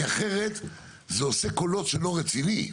אחרת זה עושה קולות של לא רציני,